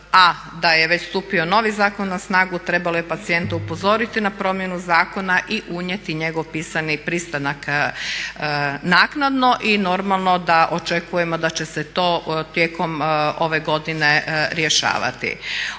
a da je već stupio novi zakon na snagu, trebalo je pacijenta upozoriti na promjenu zakona i unijeti njegov pisani pristanak naknadno i normalno da očekujemo da će se to tijekom ove godine rješavati.